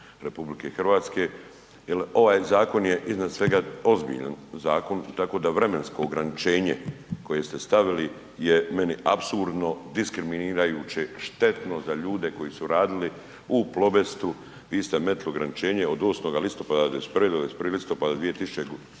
i ugroze RH jer ovaj zakon je iznad svega, ozbiljan zakon, tako da vremensko ograničenje koje ste stavili je meni apsurdno diskriminirajuće, štetno za ljude koji su radili u Plobestu, vi ste metnuli ograničenje od 8. listopada 91. do 21. listopada 2002.